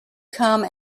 come